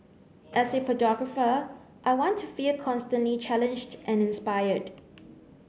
as a photographer I want to feel constantly challenged and inspired